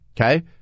Okay